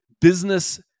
business